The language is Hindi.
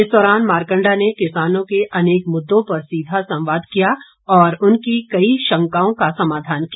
इस दौरान मारकंडा ने किसानों के अनेक मुद्दों पर सीधा संवाद किया और उनकी कई शंकाओं का समाधान किया